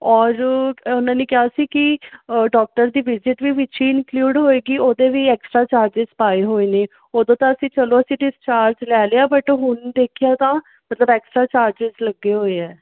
ਔਰ ਉਹਨਾਂ ਨੇ ਕਿਹਾ ਸੀ ਕਿ ਡਾਕਟਰ ਦੀ ਵਿਜਿਟ ਵੀ ਇਨਕਿਲੁਡ ਹੋਏਗੀ ਉਹਦੇ ਵੀ ਐਕਸਟਰਾ ਚਾਰਜਸ ਪਾਏ ਹੋਏ ਨੇ ਉਦੋਂ ਤਾਂ ਅਸੀਂ ਚਲੋ ਅਸੀਂ ਡਿਸਚਾਰਜ ਲੈ ਲਿਆ ਬਟ ਹੁਣ ਦੇਖਿਆ ਤਾਂ ਮਤਲਬ ਐਕਸਟਰਾ ਚਾਰਜਸ ਲੱਗੇ ਹੋਏ ਆ